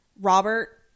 Robert